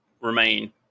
remain